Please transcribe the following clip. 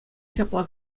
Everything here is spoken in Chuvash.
ҫапла